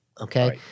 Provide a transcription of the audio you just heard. Okay